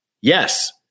Yes